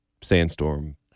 sandstorm